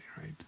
right